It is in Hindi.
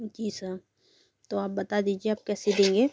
जी सर तो आप बता दीजिए आप कैसे देंगे